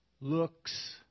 looks